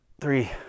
three